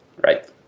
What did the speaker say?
Right